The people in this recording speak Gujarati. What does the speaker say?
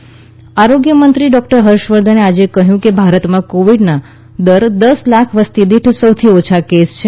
ત આરોગ્ય મંત્રી ડોક્ટર ફર્ષવર્ધને આજે કહ્યું કે ભારતમાં કોવિડના દર દસ લાખ વસતીદીઠ સૌથી ઓછા કેસ છે